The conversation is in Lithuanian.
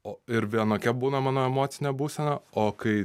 o ir vienokia būna mano emocinė būsena o kai